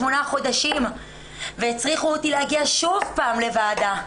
שמונה חודשים והצריכו אותי להגיע שוב פעם לוועדה.